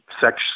sex